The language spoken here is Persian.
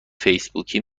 فیسبوکی